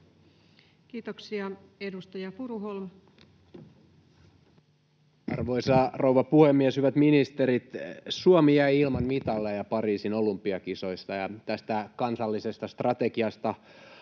Time: 16:26 Content: Arvoisa rouva puhemies! Hyvät ministerit! Suomi jäi ilman mitaleja Pariisin olympiakisoissa, ja tästä kansallisesta strategiasta alkoi